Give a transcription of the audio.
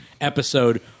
episode